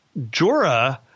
Jorah